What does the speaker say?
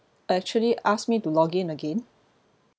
actually asked me to log in again